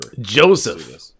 Joseph